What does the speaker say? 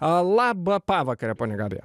labą pavakarę ponia gabija